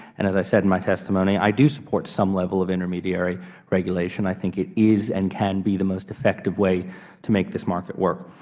and i said in my testimony, i do support some level of intermediary regulation. i think it is and can be the most effective way to make this market work.